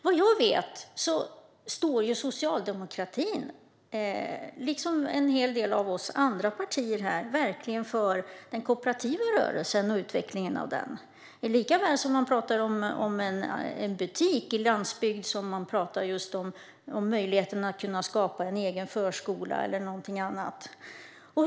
Vad jag vet är Socialdemokraterna liksom en del av oss andra partier för den kooperativa rörelsen och utvecklingen av den. Det ger ju en möjlighet att starta såväl butiker som förskolor och annat på landsbygden.